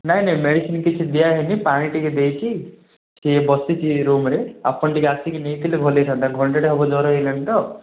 ନାଇଁ ନାଇଁ ନାଇଁ ମେଡ଼ିସିନ୍ କିଛି ଦିଆ ହେଇନି ପାଣି ଟିକେ ଦେଇଛି ସିଏ ବସିଛି ଏ ରୁମରେ ଆପଣ ଟିକେ ଆସିକି ନେଇଥିଲେ ଭଲ ହେଇଥାନ୍ତା ଘଣ୍ଟାଟେ ହେବ ଜର ହେଇଗଲାଣି ତ